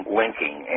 linking